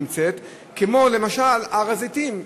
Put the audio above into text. כמו למשל בהר-הזיתים.